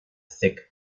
thick